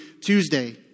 Tuesday